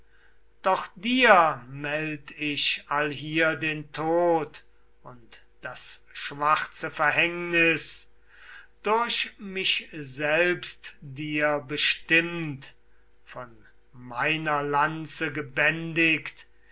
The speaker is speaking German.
doch dir meld ich allhier den tod und das schwarze verhängnis diesen tag dir bestimmt von meiner lanze gebändigt